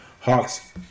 Hawks